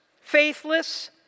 faithless